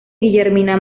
guillermina